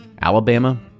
Alabama